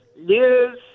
yes